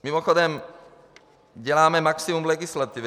Mimochodem, děláme maximum legislativy.